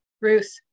Ruth